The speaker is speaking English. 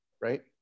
right